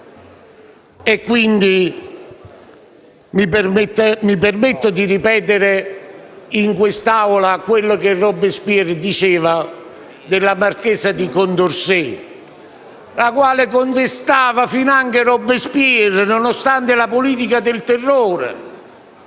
società. Mi permetto di ripetere in quest'Aula quello che Robespierre disse alla marchesa di Condorcet, la quale contestava finanche Robespierre, nonostante la politica del terrore.